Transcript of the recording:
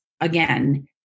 again